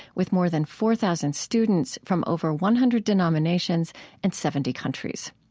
with more than four thousand students from over one hundred denominations and seventy countries.